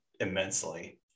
immensely